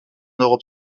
europe